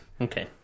Okay